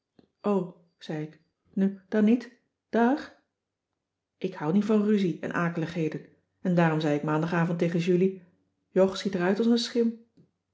zei ik nu dan niet daag ik houd niet van ruzie en akeligheden en daarom zei ik maandagavond tegen julie jog ziet er uit als een schim